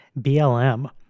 BLM